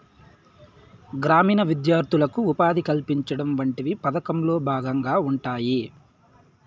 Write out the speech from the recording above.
గ్రామీణ విద్యార్థులకు ఉపాధి కల్పించడం వంటివి పథకంలో భాగంగా ఉంటాయి